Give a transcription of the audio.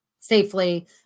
safely